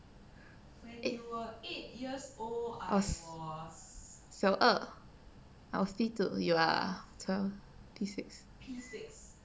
cause 小二 I was P two you're twelve P six